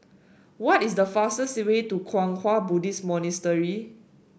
what is the fastest way to Kwang Hua Buddhist Monastery